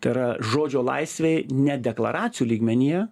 tai yra žodžio laisvei ne deklaracijų lygmenyje